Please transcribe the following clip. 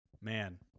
man